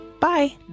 Bye